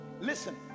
Listen